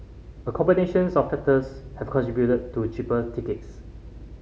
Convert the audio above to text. a combinations of factors have contributed to cheaper tickets